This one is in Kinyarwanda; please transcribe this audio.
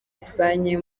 espagne